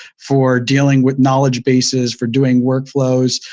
for dealing with knowledge bases, for doing workflows,